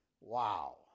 Wow